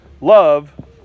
Love